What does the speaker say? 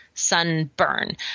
Sunburn